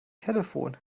telefon